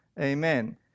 Amen